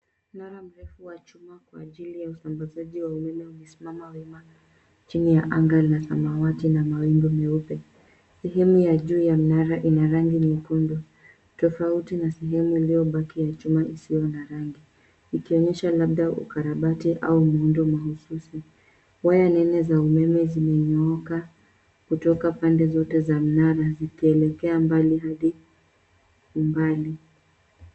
Mnara mrefu wa chuma kwa ajili ya usambazaji wa umeme umesimama wima chini ya anga la samawati na mawingu meupe. Sehemu ya juu ya mnara ina rangi nyekundu tofauti na sehemu iliyobaki ya chuma isiyo na rangi, ikionyesha labda ukarabati au muundo mahususi. Waya nene za umeme zimeinuka kutoka pande zote za mnara, zikielekea mbali hadi umbali.